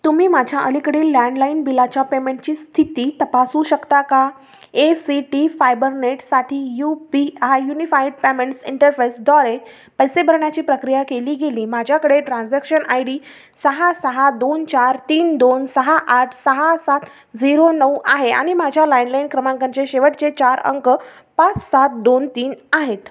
तुम्ही माझ्या अलीकडील लँडलाईन बिलाच्या पेमेंटची स्थिती तपासू शकता का ए सी टी फायबरनेटसाठी U P I unified payments interface द्वारे पैसे भरण्याची प्रक्रिया केली गेली माझ्याकडे ट्रान्झॅक्शन आय डी सहा सहा दोन चार तीन दोन सहा आठ सहा सात झिरो नऊ आहे आणि माझ्या लँडलाईन क्रमांकांचे शेवटचे चार अंक पाच सात दोन तीन आहेत